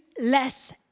less